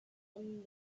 him